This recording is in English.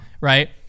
Right